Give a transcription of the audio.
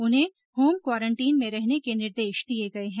उन्हें home quarantine में रहने के निर्देश दिए गए है